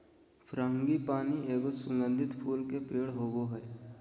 frangipani एगो सुगंधित फूल के पेड़ होबा हइ